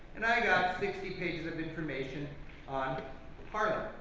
and i got sixty pages of information on haarlem,